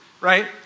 right